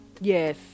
Yes